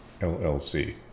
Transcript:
LLC